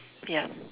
yeap